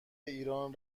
ایران